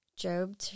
Job